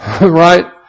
Right